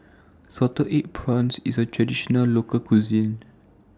Salted Egg Prawns IS A Traditional Local Cuisine